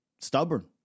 stubborn